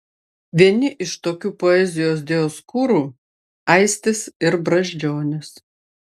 vieni iš tokių poezijos dioskūrų aistis ir brazdžionis